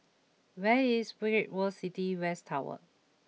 where is Great World City West Tower